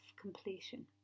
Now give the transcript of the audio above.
completion